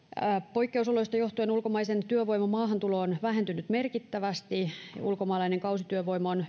poikkeusoloista johtuen ulkomaisen työvoiman maahantulo on vähentynyt merkittävästi ja ulkomaalainen kausityövoima on